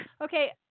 Okay